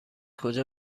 کجا